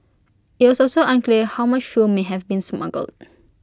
IT was also unclear how much fuel may have been smuggled